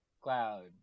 cloud